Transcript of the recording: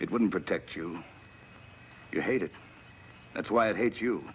it wouldn't protect you you hate it that's why i hate you